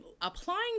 applying